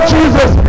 Jesus